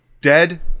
Dead